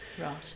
Right